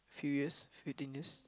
few years fifteen years